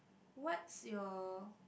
what's your